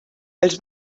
els